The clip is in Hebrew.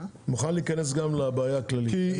אני מוכן להיכנס גם לבעיה הכללית.